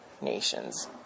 nations